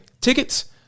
tickets